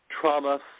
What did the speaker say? trauma